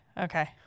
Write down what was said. Okay